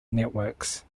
networks